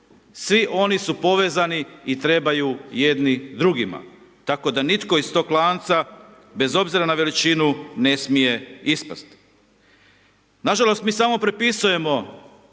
Svi oni su povezani i trebaju jedni drugima tako da nitko iz toga lanca bez obzira na veličinu, ne smije ispasti. Nažalost, mi samo prepisujemo